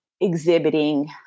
exhibiting